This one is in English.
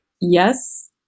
Yes